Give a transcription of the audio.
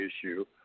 issue